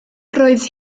roedd